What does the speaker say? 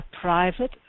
private